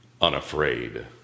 unafraid